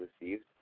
received